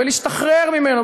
בלהשתחרר ממנו,